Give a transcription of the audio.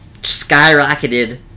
skyrocketed